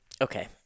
okay